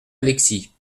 alexis